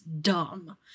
dumb